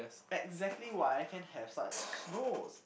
exactly why I can have such goals